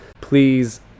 please